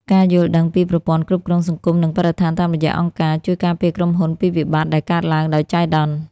ការយល់ដឹងពីប្រព័ន្ធគ្រប់គ្រងសង្គម និងបរិស្ថានតាមរយៈអង្គការ ជួយការពារក្រុមហ៊ុនពីវិបត្តិដែលកើតឡើងដោយចៃដន្យ។